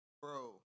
bro